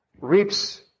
reaps